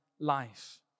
life